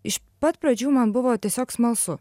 iš pat pradžių man buvo tiesiog smalsu